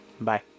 Bye